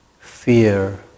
fear